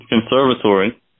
Conservatory